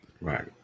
Right